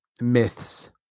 myths